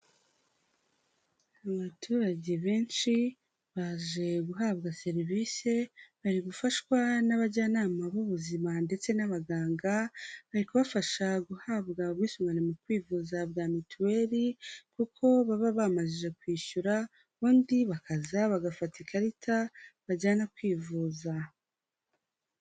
Abaturage benshi baje guhabwa serivisi, bari gufashwa n'abajyanama b'ubuzima ndetse n'abaganga, bari kubafasha guhabwa ubwisungane mu kwivuza bwa mituweli, kuko baba bamaze kwishyura ubundi bakaza bagafata ikarita bajyana kwivuza.